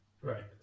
Right